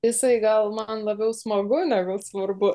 jisai gal man labiau smagu negu svarbu